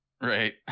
Right